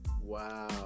Wow